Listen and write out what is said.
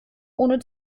ohne